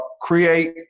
create